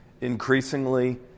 Increasingly